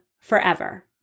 forever